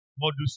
Modus